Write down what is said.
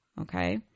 Okay